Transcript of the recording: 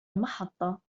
المحطة